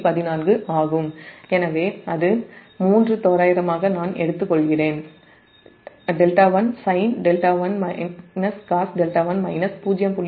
14 ஆகும் எனவே அது 3 தோராயமாக நான் எடுத்துக்கொள்கிறேன் δ1sin δ1 cos δ1 0